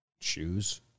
Shoes